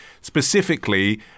specifically